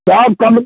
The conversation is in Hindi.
सब कमल